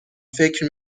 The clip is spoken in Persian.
فکر